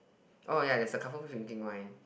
oh ya there's a couple who drinking wine